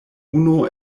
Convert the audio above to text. unu